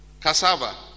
cassava